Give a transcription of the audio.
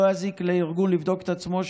לא יזיק לארגון לבדוק את עצמו,